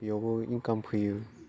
बेयावबो इनकाम फैयो